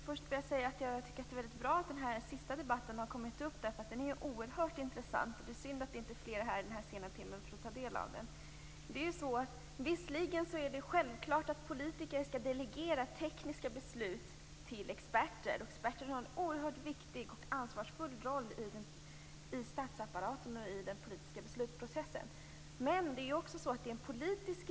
Fru talman! Det är bra att den här sista debatten har kommit upp. Den är oerhört intressant, och det är synd att fler inte är här i den här sena timmen för att ta del av den. Visserligen är det självklart att politiker skall delegera tekniska beslut till experter. Experter har en oerhört viktig och ansvarsfull roll i statsapparaten och i den politiska beslutsprocessen.